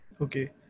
Okay